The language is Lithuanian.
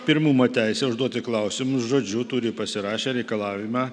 pirmumo teisę užduoti klausimus žodžiu turi pasirašę reikalavimą